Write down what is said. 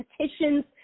petitions